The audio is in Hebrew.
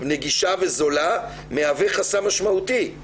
נגישה וזולה, מהווה חסם משמעותי.